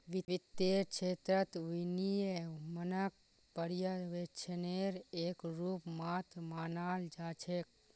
वित्तेर क्षेत्रत विनियमनक पर्यवेक्षनेर एक रूप मात्र मानाल जा छेक